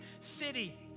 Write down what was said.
city